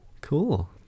cool